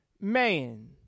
man